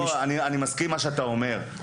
אני מסכים עם מה שאתה אומר.